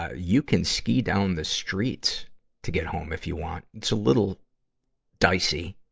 ah you can ski down the streets to get home, if you want it's a little dicey,